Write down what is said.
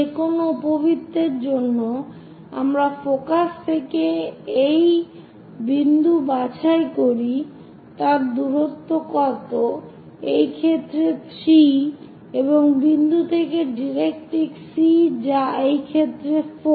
যে কোনো উপবৃত্তের জন্য আমরা ফোকাস থেকে একটি বিন্দু বাছাই করি তার দূরত্ব কত এই ক্ষেত্রে 3 এবং বিন্দু থেকে ডাইরেক্ট্রিক্স C যা এই ক্ষেত্রে 4